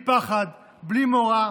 בלי פחד, בלי מורא,